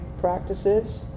practices